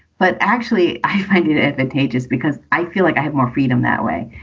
but actually, i find it advantageous because i feel like i have more freedom that way.